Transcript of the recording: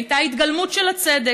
היא הייתה התגלמות של הצדק,